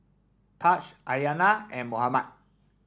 Tahj Aiyana and Mohammad